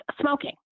smoking